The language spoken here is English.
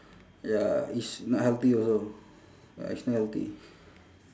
ya it's not healthy also uh it's not healthy